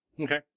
Okay